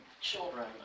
children